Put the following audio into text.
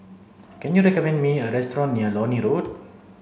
can you recommend me a restaurant near Lornie Road